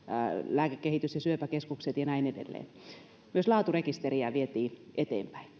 lääkekehitys ja syöpäkeskukset ja näin edelleen eteenpäin viemiseen myös laaturekisteriä vietiin eteenpäin